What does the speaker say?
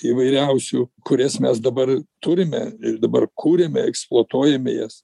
įvairiausių kurias mes dabar turime ir dabar kuriame eksploatuojame jas